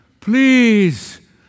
please